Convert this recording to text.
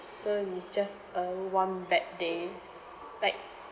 so it's just a one bad day like